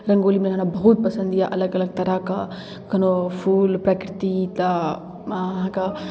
रङ्गोली बनाना बहुत पसन्द अइ अलग अलग तरहके कोनो फूल प्रकृति तऽ अहाँके